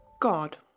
God